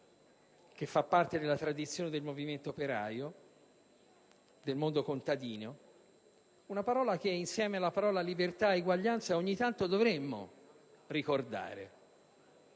più: fa parte della tradizione del movimento operaio e del mondo contadino, ma insieme alle parole libertà ed eguaglianza ogni tanto dovremmo ricordarla.